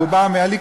והוא בא מהליכוד,